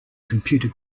computer